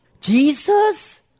Jesus